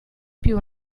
più